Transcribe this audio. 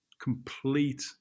complete